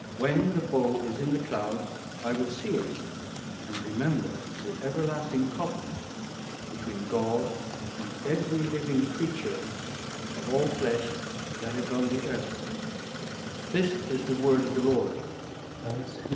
when the bow is in the clouds, i will see it and remember the everlasting covenant between god and every living creature of all flesh that is on the earth this is the word of the lord thanks